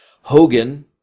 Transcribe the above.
Hogan